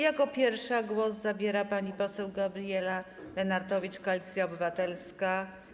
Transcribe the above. Jako pierwsza głos zabierze pani poseł Gabriela Lenartowicz, Koalicja Obywatelska.